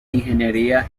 ingeniería